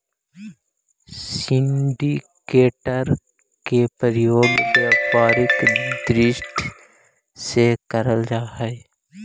syndicated के प्रयोग व्यापारिक दृष्टि से करल जा हई